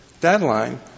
deadline